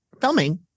filming